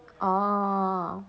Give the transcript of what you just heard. orh